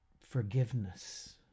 forgiveness